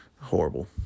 Horrible